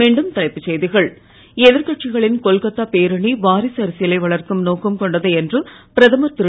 மீண்டும் தலைப்புச் செய்திகள் எதிர் கட்சிகளின் கொல்கொத்தா பேரணி வாரிசு அரசியலை வளர்க்கும் நோக்கம் கொண்டது என்று பிரதமர் திரு